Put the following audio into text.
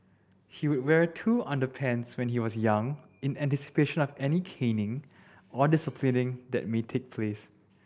he would wear two underpants when he was young in anticipation of any caning or disciplining that may take place